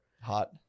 hot